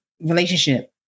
relationship